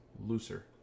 looser